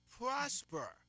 prosper